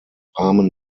rahmen